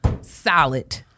solid